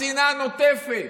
השנאה נוטפת.